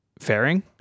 fairing